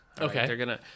Okay